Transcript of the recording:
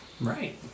Right